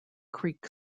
creek